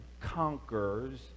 conquers